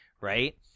right